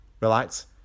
relax